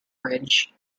bridge